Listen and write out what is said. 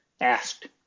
Asked